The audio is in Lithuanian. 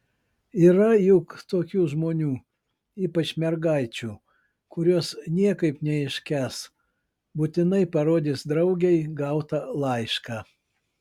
yra juk tokių žmonių ypač mergaičių kurios niekaip neiškęs būtinai parodys draugei gautą laišką